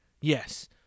Yes